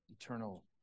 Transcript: eternal